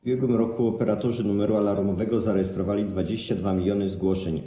W ubiegłym roku operatorzy numeru alarmowego zarejestrowali 22 mln zgłoszeń.